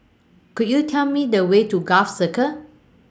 Could YOU Tell Me The Way to Gul Circle